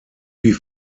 wie